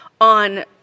on